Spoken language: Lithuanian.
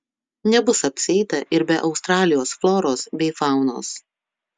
nebus apsieita ir be australijos floros bei faunos